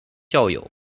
校友